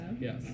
Yes